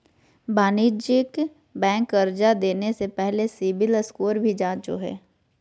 वाणिज्यिक बैंक कर्जा देने से पहले सिविल स्कोर भी जांचो हइ